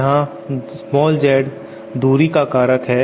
यहां z दूरी का कारक है